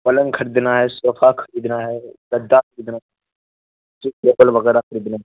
پلنگ خریدنا ہے صوفہ خریدنا ہے گدا خریدنا ہےپل وغیرہ خریدنا ہے